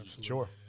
Sure